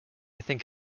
think